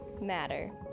matter